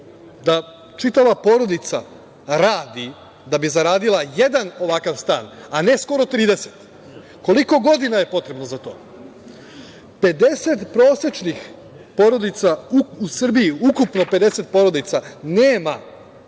da čitava porodica radi da bi zaradila jedan ovakav stan, a ne skoro 30, koliko godina je potrebno za to? Pedeset prosečnih porodica u Srbiji, ukupno 50 porodica nema